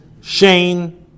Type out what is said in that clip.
shane